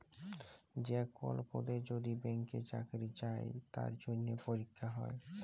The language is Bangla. যে কল পদে যদি ব্যাংকে চাকরি চাই তার জনহে পরীক্ষা হ্যয়